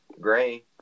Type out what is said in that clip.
Gray